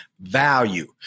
Value